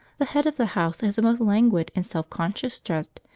the head of the house has a most languid and self-conscious strut,